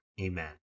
Amen